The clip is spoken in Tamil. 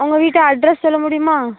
உங்கள் வீட்டு அட்ரஸ் சொல்ல முடியுமா